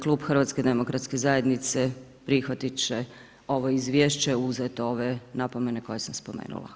Klub HDZ-a prihvatit će ovo Izvješće uz ove napomene koje sam spomenula.